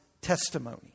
testimony